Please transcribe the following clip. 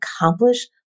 accomplish